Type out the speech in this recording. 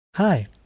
Hi